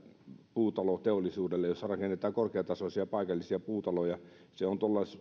puutaloteollisuudelle joka rakentaa korkeatasoisia paikallisia puutaloja se on